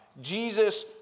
Jesus